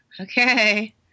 okay